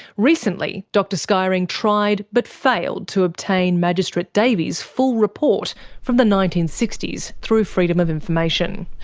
recently, dr skyring tried, but failed, to obtain magistrate davies' full report from the nineteen sixty s through freedom of information.